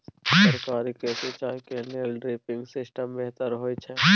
तरकारी के सिंचाई के लेल ड्रिपिंग सिस्टम बेहतर होए छै?